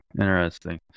Interesting